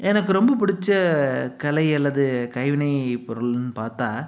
எனக்கு ரொம்ப பிடிச்ச கலைகள் அது கைவினை பொருள்னு பார்த்தா